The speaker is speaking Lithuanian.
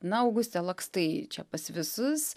na auguste lakstai čia pas visus